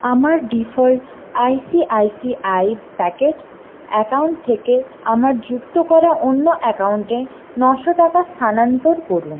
আমার default ICICI pockets account থেকে আমার যুক্ত করা অন্য অ্যাকাউন্টে নশো টাকা স্থানান্তর করুন